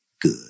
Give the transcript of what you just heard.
good